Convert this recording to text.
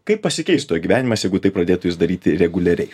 kaip pasikeistų jo gyvenimas jeigu tai pradėtų jis daryti reguliariai